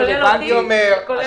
יש